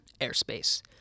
Airspace